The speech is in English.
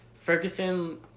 ferguson